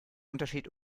unterschied